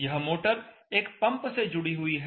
यह मोटर एक पंप से जुड़ी हुई है